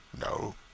No